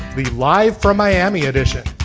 the live from miami edition